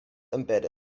embedded